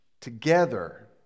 together